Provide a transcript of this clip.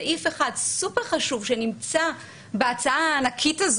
סעיף אחד סופר-חשוב שנמצא בהצעה הענקית הזאת